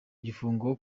igifungo